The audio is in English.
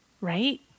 Right